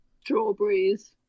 strawberries